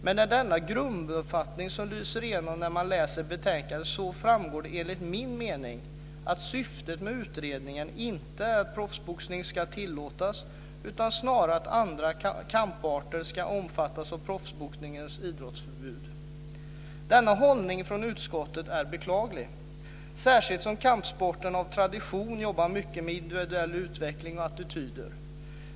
Men med den grunduppfattning som lyser igenom när man läser betänkandet framgår det enligt min mening att syftet med utredningen inte är att proffsboxning ska tillåtas utan snarare att andra kamparter ska omfattas av förbudet mot proffsboxning. Denna hållning från utskottet är beklaglig, särskilt som kampsporterna av tradition jobbar mycket med individuell utveckling och attityder.